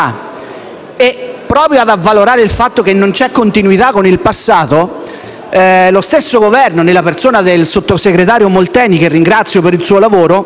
Proprio ad avvalorare il fatto che non c'è continuità con il passato, lo stesso Governo, nella persona del sottosegretario Molteni, che ringrazio per il suo lavoro,